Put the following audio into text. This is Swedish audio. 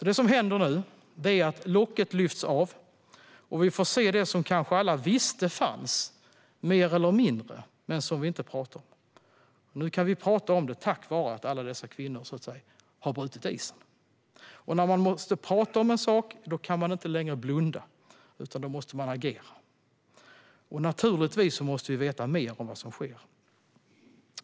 Det som händer nu är att locket lyfts av, och vi får se det som vi kanske alla visste fanns, mer eller mindre, men som vi inte pratade om. Nu kan vi prata om det, tack vare att alla dessa kvinnor har brutit isen. Och när man måste prata om en sak kan man inte längre blunda. Då måste man agera. Naturligtvis måste vi veta mer om vad som sker.